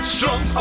Strong